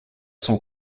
sont